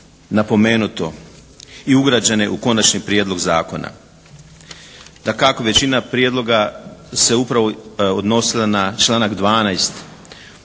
napomenuto i ugrađene u konačni prijedlog zakona. Dakako većina prijedloga se upravo odnosila na članak 12.